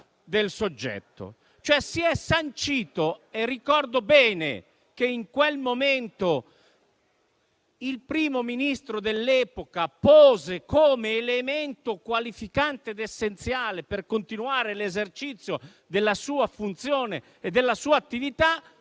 del soggetto. Ricordo bene che in quel momento il Primo Ministro dell'epoca pose come elemento qualificante ed essenziale per continuare l'esercizio della sua funzione e della sua attività